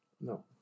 No